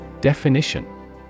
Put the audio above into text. Definition